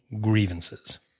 grievances